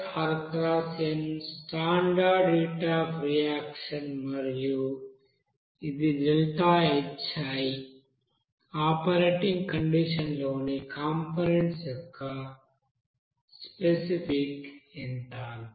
standard heat of reaction మరియు ఇది operating కండిషన్లోని కంపోనెంట్స్ యొక్క స్పెసిఫిక్ ఎంథాల్పీ